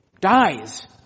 dies